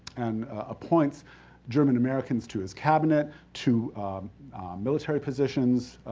and appoints german americans to his cabinet, to military positions,